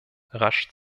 rasch